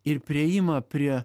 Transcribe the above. ir priėjimą prie